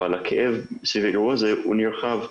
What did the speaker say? אבל הכאב סביב האירוע הזה הוא נרחב.